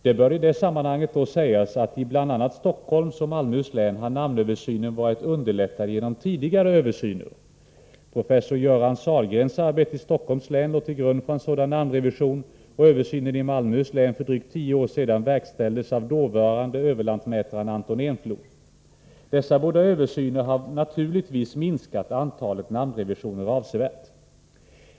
Det bör i det sammanhanget sägas, att i bl.a. Stockholms och Malmöhus län har namnöversynen varit underlättad genom tidigare översyner. Professor Jöran Sahlgrens arbete i Stockholms län låg till grund för en sådan namnrevision, och översynen i Malmöhus län för drygt tio år sedan verkställdes av dåvarande överlantmätaren Anton Enflo. Dessa båda översyner har naturligtvis minskat antalet namnrevisioner avsevärt.